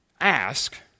ask